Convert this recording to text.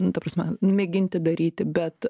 nu ta prasme mėginti daryti bet